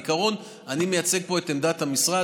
בעיקרון, אני מייצג פה את עמדת המשרד.